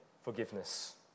forgiveness